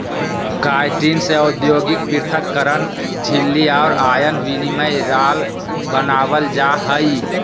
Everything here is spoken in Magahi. काइटिन से औद्योगिक पृथक्करण झिल्ली और आयन विनिमय राल बनाबल जा हइ